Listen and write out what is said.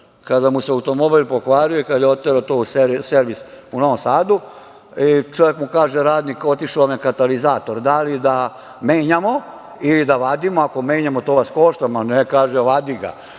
kada mu se automobil pokvario i kada je oterao u servis u Novom Sadu i čovek mu kaže, radnik, otišao vam je katalizator, da li da menjamo ili da vadimo? Ako menjamo, to vas košta. Ma, ne, kaže, vadi ga.